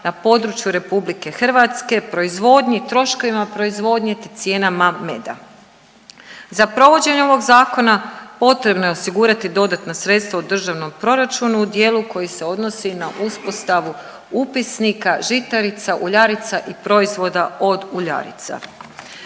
na području RH, proizvodnji, troškovima proizvodnje, te cijenama meda. Za provođenje ovog zakona potrebno je osigurati dodatna sredstava u državnom proračunu u dijelu koji se odnosi na uspostavu upisnika, žitarica, uljarica i proizvoda od uljarica.